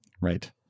right